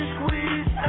Squeeze